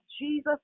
jesus